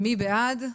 מי בעד?